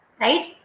right